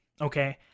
okay